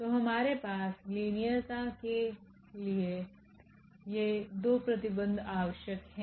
तो हमारे पास लिनियर के लिए ये दो प्रतिबंध आवश्यक हैं